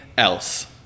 Else